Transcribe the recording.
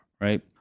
Right